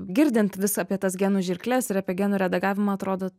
girdint vis apie tas genų žirkles ir apie genų redagavimą atrodo